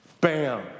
Bam